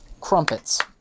crumpets